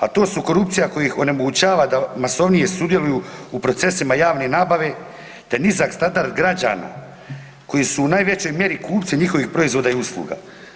A to su korupcija koja ih onemogućava da masovnije sudjeluju u procesima javne nabave te nizak standard građana koji su u najvećoj mjeri kupci njihovih proizvoda i usluga.